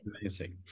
Amazing